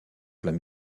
plein